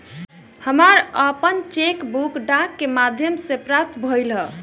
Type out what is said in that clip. हमरा आपन cheque book डाक के माध्यम से प्राप्त भइल ह